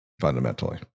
fundamentally